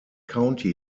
county